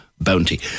bounty